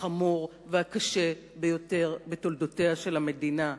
החמור והקשה ביותר בתולדותיה של המדינה.